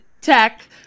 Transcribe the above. tech